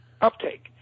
uptake